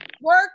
work